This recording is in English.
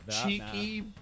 cheeky